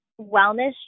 wellness